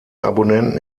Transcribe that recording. abonnenten